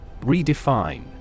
Redefine